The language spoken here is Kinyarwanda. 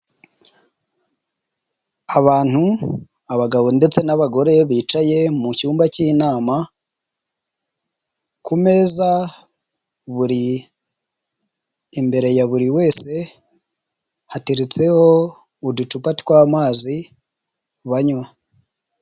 Abantu abagabo ndetse n'abagore bicaye mucyumba cy'inama, ku meza imbere ya buri wese , hateretseho uducupa tw'amazi banywa.